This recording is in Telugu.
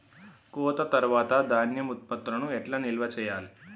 కోత తర్వాత ధాన్యం ఉత్పత్తులను ఎట్లా నిల్వ చేయాలి?